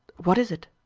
what is it?